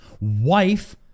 wife